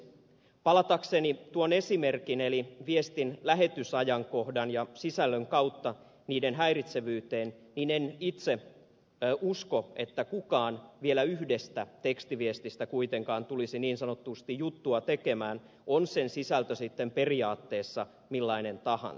palatakseni tuon esimerkin eli viestien lähetysajankohdan ja sisällön kautta niiden häiritsevyyteen totean että en itse usko että kukaan vielä yhdestä tekstiviestistä kuitenkaan tulisi niin sanotusti juttua tekemään on sen sisältö sitten periaatteessa millainen tahansa